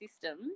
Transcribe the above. system